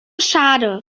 schade